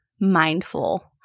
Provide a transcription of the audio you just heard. mindful